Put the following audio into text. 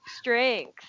strength